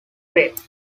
threat